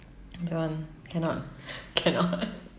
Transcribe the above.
don't cannot cannot